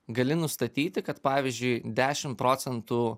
gali nustatyti kad pavyzdžiui dešim procentų